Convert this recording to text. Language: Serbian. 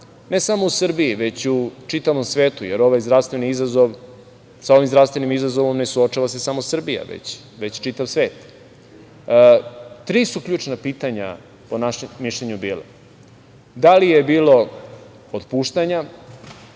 ne samo u Srbiji, već u čitavom svetu, jer sa ovim zdravstvenim izazovom ne suočava se samo Srbija, već čitav svet, tri su ključna pitanja po našem mišljenju bila. Da li je bilo otpuštanja,